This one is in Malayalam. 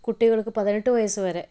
കുട്ടികൾക്ക് പതിനെട്ടു വയസ്സ് വരെ